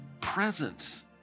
presence